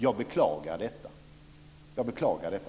Jag beklagar det, Maria.